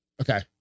okay